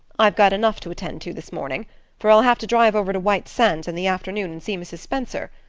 i've got enough to attend to this morning for i'll have to drive over to white sands in the afternoon and see mrs. spencer.